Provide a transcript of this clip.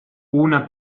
una